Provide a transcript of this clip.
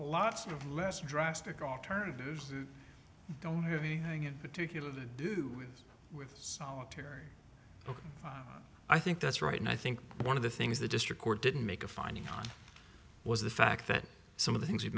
lots of less drastic alternatives don't have anything in particular to do with ok i think that's right and i think one of the things the district court didn't make a finding on was the fact that some of the things